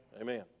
Amen